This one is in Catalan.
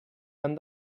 han